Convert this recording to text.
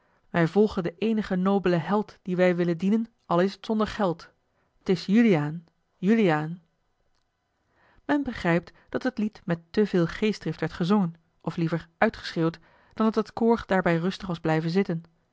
wij volgen den eenigen nobelen held dien wij willen dienen al is t zonder geld t s uliaan uliaan en begrijpt dat het lied met te veel geestdrift werd gezongen of liever uitgeschreeuwd dan dat het koor daarbij rustig was blijven zitten